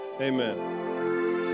Amen